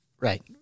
Right